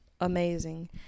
amazing